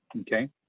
okay